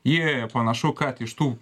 jie panašu kad iš tų